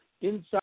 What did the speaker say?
inside